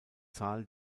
zahl